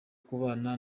kubana